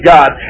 God